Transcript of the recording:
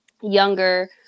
younger